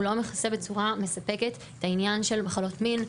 הוא לא מכסה בצורה מספקת את העניין של מחלות מין,